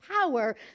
power